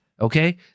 okay